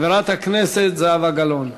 חברת הכנסת זהבה גלאון.